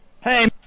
Hey